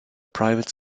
private